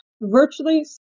virtually